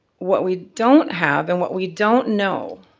what we don't have and what we don't know,